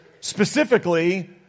specifically